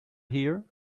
here